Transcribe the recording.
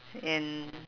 and